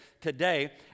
today